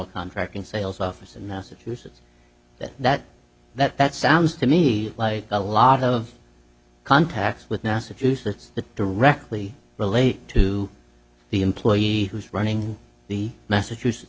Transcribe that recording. contracting sales office and massachusetts that that that that sounds to me like a lot of contacts with massachusetts that directly relate to the employee who's running the massachusetts